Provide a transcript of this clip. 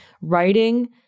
Writing